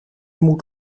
moet